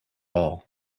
all